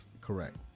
Correct